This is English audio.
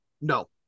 No